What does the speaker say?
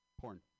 Porn